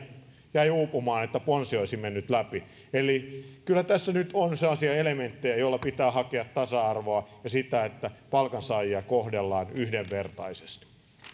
jäi uupumaan että ponsi olisi mennyt läpi kyllä tässä nyt on sellaisia elementtejä joilla pitää hakea tasa arvoa ja sitä että palkansaajia kohdellaan yhdenvertaisesti